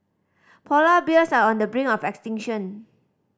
polar bears are on the brink of extinction